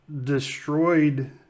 destroyed